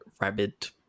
Rabbit